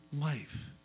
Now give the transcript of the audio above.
life